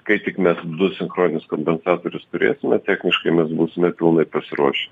kai tik mes du sinchroninius kompensatorius turėsime techniškai mes būsime pilnai pasiruošę